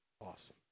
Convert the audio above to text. awesome